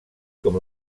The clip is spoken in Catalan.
com